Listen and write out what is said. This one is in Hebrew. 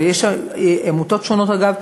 יש עמותות שונות, אגב,